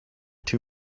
two